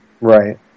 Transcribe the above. Right